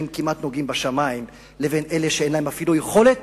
וכמעט נוגעים בשמים לבין אלה שאין להם אפילו יכולת